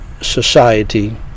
Society